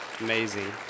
Amazing